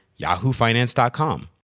yahoofinance.com